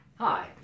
Hi